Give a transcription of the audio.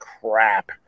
crap